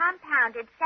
compounded